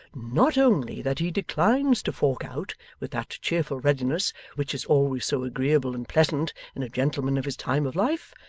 not only that he declines to fork out with that cheerful readiness which is always so agreeable and pleasant in a gentleman of his time of life,